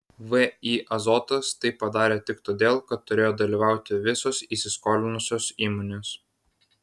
vį azotas tai padarė tik todėl kad turėjo dalyvauti visos įsiskolinusios įmonės